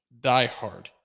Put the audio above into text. diehard